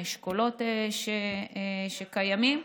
האשכולות שקיימים.